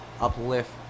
uplift